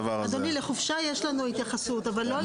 אדוני, לחופשה יש התייחסות, אבל לא למשמרת.